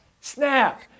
snap